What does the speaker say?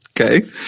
Okay